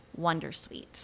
Wondersuite